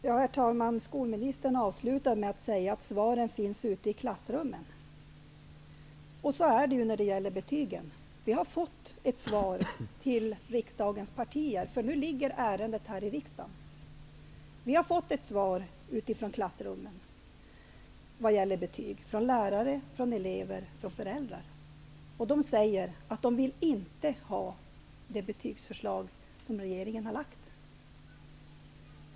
Herr talman! Skolministern avslutade med att säga att svaren finns ute i klassrummen. Så är det när det gäller betygen. Vi har fått ett svar till riksdagens partier. Nu ligger ärendet här i riksdagen. Vi har fått ett svar från klassrummen vad gäller betyg, från lärare, elever och föräldrar. De säger att de inte vill ha det betygsförslag som regeringen har lagt fram.